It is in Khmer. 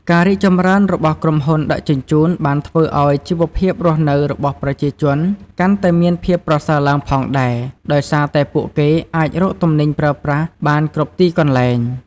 ការរីកចម្រើនរបស់ក្រុមហ៊ុនដឹកជញ្ជូនបានធ្វើឱ្យជីវភាពរស់នៅរបស់ប្រជាជនកាន់តែមានភាពប្រសើរឡើងផងដែរ ដោយសារតែពួកគេអាចរកទំនិញប្រើប្រាស់បានគ្រប់ទីកន្លែង។